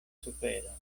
sufero